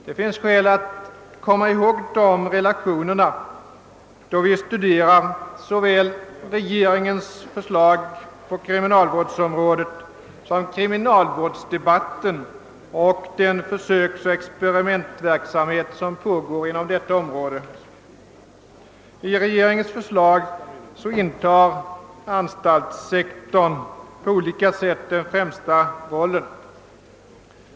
Det finns skäl att komma ihåg de relationerna, då vi studerar såväl regeringens förslag på kriminalvårdsrområdet som kriminalvårdsdebatten och den försöksoch experimentverksamhet som pågår inom detta område. I regeringens förslag intar anstaltssektorn på olika sätt den främsta rollen.